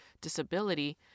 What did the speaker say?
disability